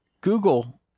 Google